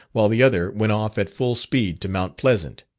while the other went off at full speed to mount pleasant,